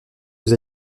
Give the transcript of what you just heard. que